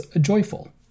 joyful